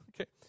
okay